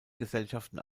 gesellschaften